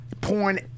porn